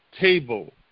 table